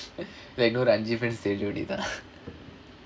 இன்னும் ஒரு:innum oru friends சேர வேண்டியது தான்:sera vendiyathu thaan